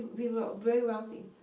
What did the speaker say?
we were very wealthy.